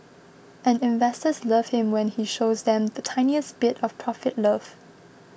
and investors love him when he shows them the tiniest bit of profit love